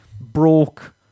broke